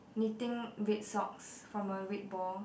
knitting red socks from a red ball